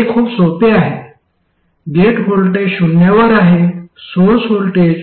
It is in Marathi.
हे खूप सोपे आहे गेट व्होल्टेज शून्यावर आहे सोर्स व्होल्टेज